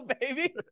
baby